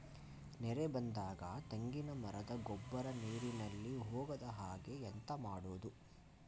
ನೆರೆ ಬಂದಾಗ ತೆಂಗಿನ ಮರದ ಗೊಬ್ಬರ ನೀರಿನಲ್ಲಿ ಹೋಗದ ಹಾಗೆ ಎಂತ ಮಾಡೋದು?